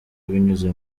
binyuze